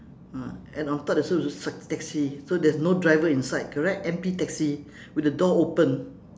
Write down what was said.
ah and on top there's also a taxi so there's no driver inside correct empty taxi with the door open